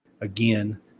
Again